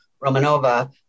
Romanova